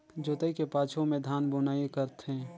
जोतई के पाछू में धान बुनई करथे